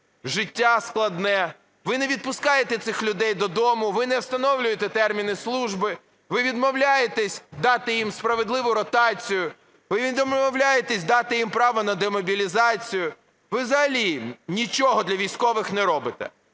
життя складне. Ви не відпускаєте цих людей додому, ви не встановлюєте терміни служби, ви відмовляєтесь дати їм справедливу ротацію, ви відмовляєтесь дати їм право на демобілізацію. Ви взагалі нічого для військових не робите.